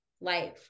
life